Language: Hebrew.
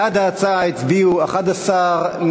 בעד ההצעה הצביעו 11,